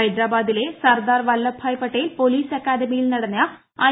ഹൈദരാബാദിലെ സർദാർ വല്ലഭ്ഭായ് പട്ടേൽ പൊലീസ് അക്കാദമിയിൽ നടന്ന ഐ